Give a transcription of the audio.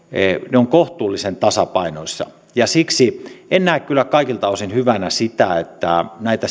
ne ovat kohtuullisen tasapainossa siksi en näe kyllä kaikilta osin hyvänä sitä että näitä